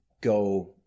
go